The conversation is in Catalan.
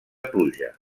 pluja